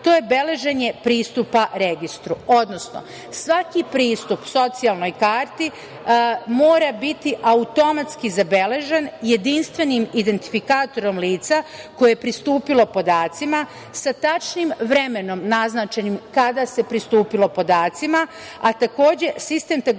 To je beleženje pristupa registru, odnosno, svaki pristup socijalnoj karti mora biti automatski zabeležen jedinstvenim identifikatorom lica koje je pristupilo podacima sa tačnim vremenom naznačenim kada se pristupilo podacima, a takođe sistem beleži